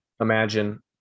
imagine